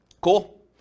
cool